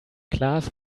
class